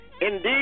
Indeed